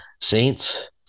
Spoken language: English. Saints